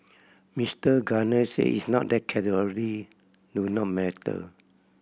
Mister Gardner said it's not that do not matter